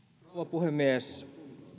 puhemies